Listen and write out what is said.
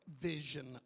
vision